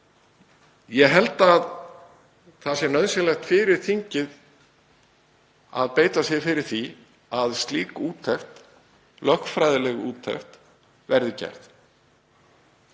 Ég held að það sé nauðsynlegt fyrir þingið að beita sér fyrir því að slík úttekt, lögfræðileg úttekt, verði gerð.